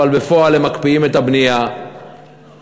אבל בפועל הם מקפיאים את הבנייה בתואנה